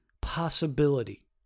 possibility